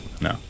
No